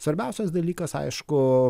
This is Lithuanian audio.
svarbiausias dalykas aišku